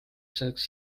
selleks